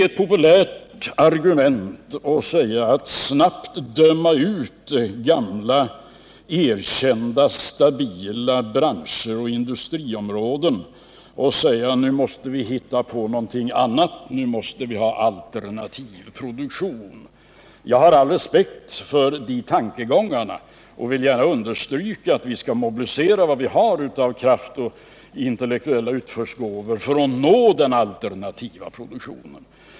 Ett populärt argument är att snabbt döma ut gamla erkända stabila branscher och industriområden och säga: Nu måste vi hitta på någonting annat och nu måste vi skapa alternativ produktion. Jag hyser all respekt för de tankegångarna och vill gärna understryka att vi skall mobilisera vad vi har av kraft och intellektuella utförsgåvor för att nå en alternativ produktion.